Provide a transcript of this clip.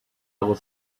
was